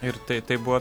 ir tai tai buvo